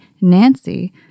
Nancy